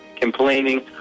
complaining